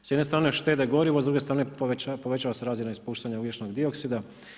S jedne strane štede gorivo, s druge strane povećava se razina ispuštanja ugljičnog dioksida.